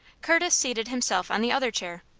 curtis seated himself on the other chair.